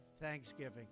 Thanksgiving